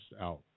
out